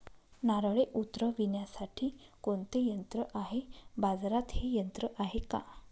नारळे उतरविण्यासाठी कोणते यंत्र आहे? बाजारात हे यंत्र आहे का?